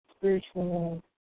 spiritual